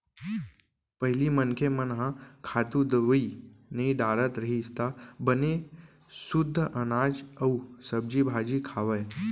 पहिली मनखे मन ह खातू, दवई नइ डारत रहिस त बने सुद्ध अनाज अउ सब्जी भाजी खावय